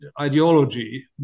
ideology